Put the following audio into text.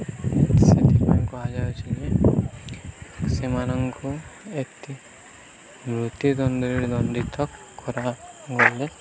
ସେଥିପାଇଁ କୁହାଯାଉଛି ଯେ ସେମାନଙ୍କୁ ଏତେ ମୃତ୍ୟୁ ଦଣ୍ଡରେ ଦଣ୍ଡିତ କରାଗଲେ